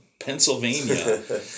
Pennsylvania